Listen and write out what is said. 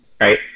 right